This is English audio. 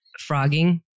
frogging